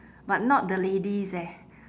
but not the ladies eh